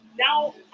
now